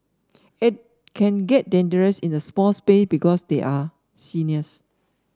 it can get dangerous in a small space because they are seniors